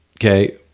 okay